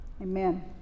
Amen